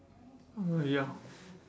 uh ya